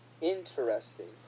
Interesting